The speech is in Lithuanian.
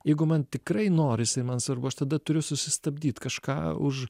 jeigu man tikrai norisi man svarbu aš tada turiu susistabdyt kažką už